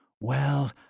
Well